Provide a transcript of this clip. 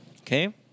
Okay